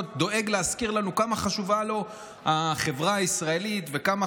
דואג להזכיר לנו כמה חשובה לו החברה הישראלית וכמה